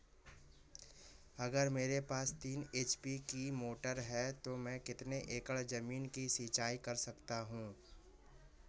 अगर मेरे पास तीन एच.पी की मोटर है तो मैं कितने एकड़ ज़मीन की सिंचाई कर सकता हूँ?